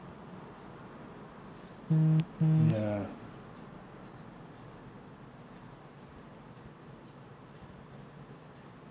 ya